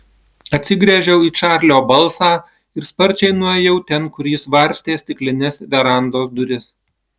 atsigręžiau į čarlio balsą ir sparčiai nuėjau ten kur jis varstė stiklines verandos duris